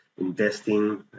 investing